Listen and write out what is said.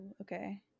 okay